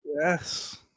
Yes